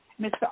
Mr